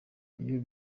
iyo